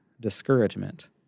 discouragement